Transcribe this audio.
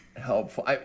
helpful